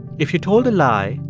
if you told a lie,